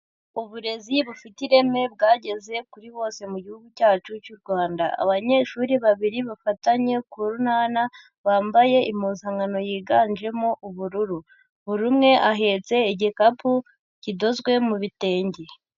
Uburezi bufite ireme bwageze kuri bose mu gihugu cyacu cy'u Rwanda, abanyeshuri babiri bafatanye ku runana, bambaye impuzankano yiganjemo ubururu, buri umwe ahetse igikapu kidozwe mu bitenge.